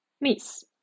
Miss